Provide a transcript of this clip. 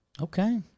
okay